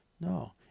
No